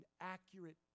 accurate